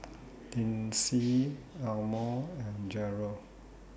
Lyndsey Elmore and Jerrold